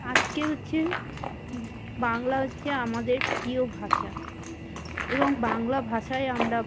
আজকে হচ্ছে বাংলা হচ্ছে আমাদের প্রিয় ভাষা এবং বাংলা ভাষায় আমরা